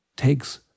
takes